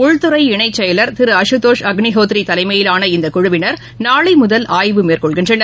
உள்துறை இணைச்செயலர் திருஅசுதோஷ் அக்னிஹோத்ரிதலைமையிலான இந்தக்குழுவினர் நாளைமுதல் ஆய்வு மேற்கொள்கின்றனர்